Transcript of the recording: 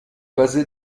basé